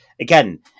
again